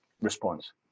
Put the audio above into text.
response